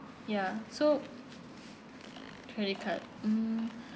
ya so credit card mm